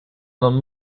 нам